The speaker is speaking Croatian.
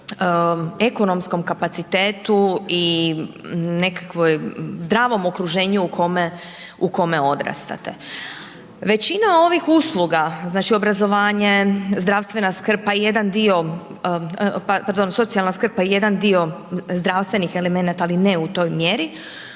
ekonomskom kapacitetu i nekakvoj, zdravom okruženju u kome odrastate. Većina ovih usluga, znači obrazovanje, zdravstvena skrb pa i jedan dio, pardon, socijalna skrb, pa i jedan dio zdravstvenih elemenata ali ne u toj mjeri,